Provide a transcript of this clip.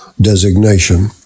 designation